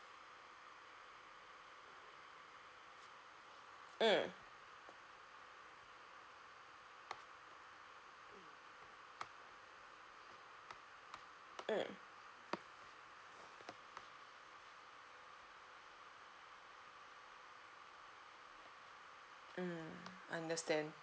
mm mm mm understand